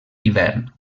hivern